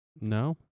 No